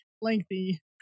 lengthy